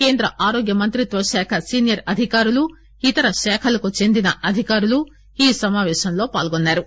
కేంద్ర ఆరోగ్యమంత్రిత్వ శాఖ సీనియర్ అధికారులు ఇతర శాఖలకు చెందిన అధికారులు ఈ సమాపేశంలో పాల్గొన్నారు